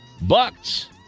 bucks